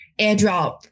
airdrop